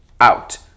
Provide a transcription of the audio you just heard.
out